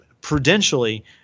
prudentially